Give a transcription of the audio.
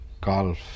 golf